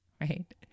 right